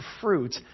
fruit